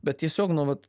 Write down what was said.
bet tiesiog nu vat